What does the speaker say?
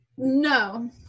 No